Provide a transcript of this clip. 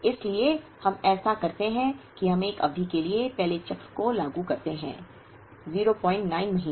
इसलिए जब हम ऐसा करते हैं कि हम एक अवधि के लिए पहले चक्र को लागू करते हैं 09 महीने